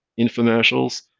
infomercials